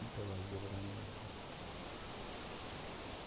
दबाइयै कराना पौंदे